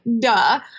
duh